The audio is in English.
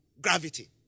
gravity